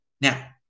Now